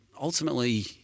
ultimately